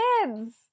kids